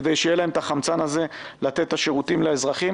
כדי שיהיה להן את החמצן הזה לתת את השירותים לאזרחים.